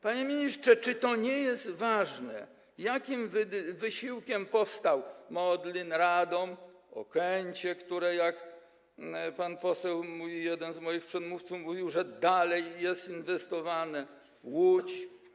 Panie ministrze, czy to nie jest ważne, jakim wysiłkiem powstały: Modlin, Radom, Okęcie, w które, jak pan poseł, jeden z moich przedmówców mówił, dalej się inwestuje, Łódź?